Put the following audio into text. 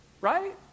right